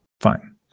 fine